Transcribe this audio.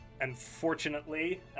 Unfortunately